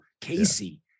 Casey